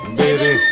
baby